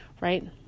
right